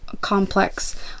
complex